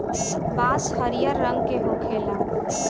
बांस हरियर रंग के होखेला